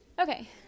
Okay